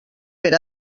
per